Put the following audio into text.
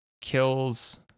kills